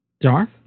Darth